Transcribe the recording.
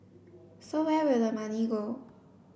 so where will the money go